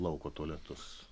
lauko tualetus